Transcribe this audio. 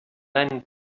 land